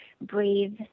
breathe